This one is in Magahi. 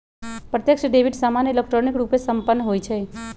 प्रत्यक्ष डेबिट सामान्य इलेक्ट्रॉनिक रूपे संपन्न होइ छइ